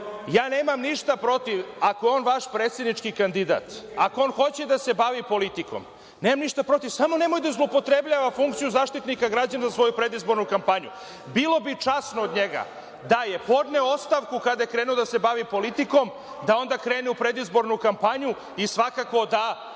Ja nemam ništa protiv ako je on vaš predsednički kandidat, ako on hoće da se bavi politikom, nemam ništa protiv, samo nemoj da zloupotrebljava funkciju Zaštitnika građana za svoju predizbornu kampanju. Bilo bi časno od njega da je podneo ostavku kada je krenuo da se bavi politikom, da onda krene u predizbornu kampanju, i svakako da